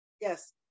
Yes